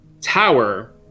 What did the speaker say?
tower